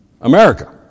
America